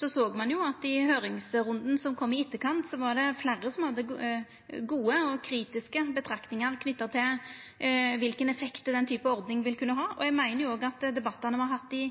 såg ein jo at det i høyringsrunden som kom i etterkant, var fleire som hadde gode og kritiske betraktningar knytte til kva for effekt den typen ordning ville kunna ha. Eg meiner òg at debattane me har hatt i